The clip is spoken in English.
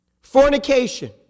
fornication